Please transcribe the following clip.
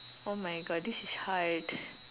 oh my God this is hard